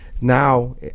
Now